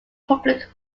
public